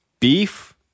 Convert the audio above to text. Beef